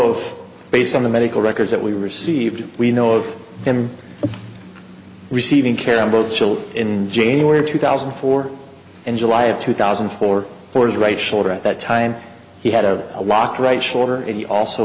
of based on the medical records that we received we know of him receiving care on both chill in january of two thousand and four in july of two thousand and four for his right shoulder at that time he had a a lock right shoulder and he also